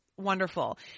wonderful